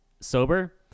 sober